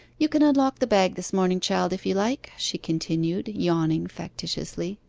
you can unlock the bag this morning, child, if you like she continued, yawning factitiously.